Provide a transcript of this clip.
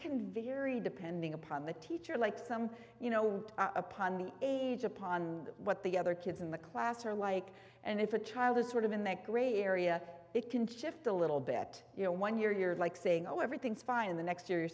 can vary depending upon the teacher like some you know upon the age upon what the other kids in the class are like and if a child is sort of in that gray area it can shift a little bit you know when you're you're like saying oh everything's fine in the next year